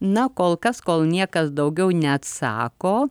na kol kas kol niekas daugiau neatsako